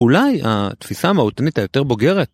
אולי התפיסה המהותנית היותר בוגרת?